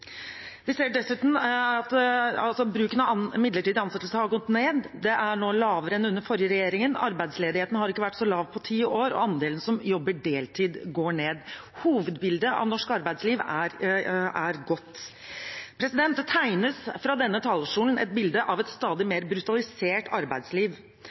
Vi ser dessuten at bruken av midlertidig ansettelse har gått ned, og nå er lavere enn under den forrige regjeringen. Arbeidsledigheten har ikke vært så lav på ti år, og andelen som jobber deltid, går ned. Hovedbildet av norsk arbeidsliv er godt. Det tegnes fra denne talerstol et bilde av et stadig mer brutalisert arbeidsliv,